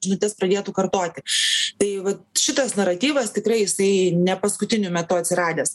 žinutės pradėtų kartoti tai va šitas naratyvas tikrai jisai ne paskutiniu metu atsiradęs